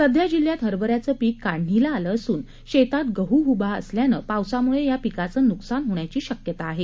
सध्या जिल्ह्यात हरभऱ्याचं पिक काढणीला आलं असून शेतात गहू उभा असल्यानं पावसामुळे या पिकांचं नुकसान होण्याची शक्यता आहे